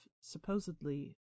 supposedly